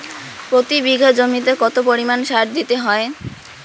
প্রতি বিঘা জমিতে কত পরিমাণ সার দিতে হয়?